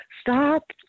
Stop